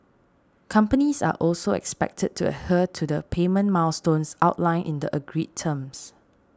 companies are also expected to adhere to the payment milestones outlined in the agreed terms